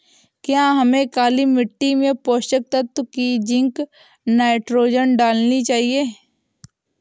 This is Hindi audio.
क्या हमें काली मिट्टी में पोषक तत्व की जिंक नाइट्रोजन डालनी चाहिए?